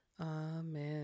Amen